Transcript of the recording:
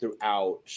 Throughout